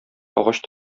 агач